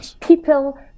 People